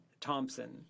Thompson